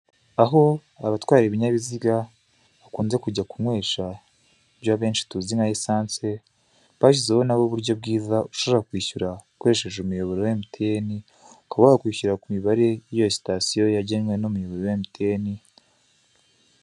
Aho abatwara ibinyabiziga bakunze kujya kunywesha ibyo benshi tuzi nka esanse, bashyizeho nabo uburyo bwiza bushobora kwishyura ukoresheje umuyoboro wa Emutiyeni. Ukaba wakwishyura ku mibare y'iyo sitasiyo yangenwe n'umuyoboro wa Emutiyeni.